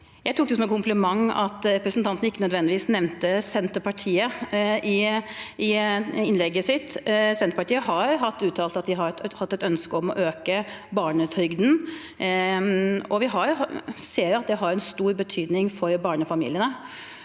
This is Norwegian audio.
Jeg tok det som et kompliment at representanten ikke nevnte Senterpartiet i innlegget sitt. Senterpartiet har uttalt at vi har ønsket å øke barnetrygden. Vi ser at det har stor betydning for barnefamiliene.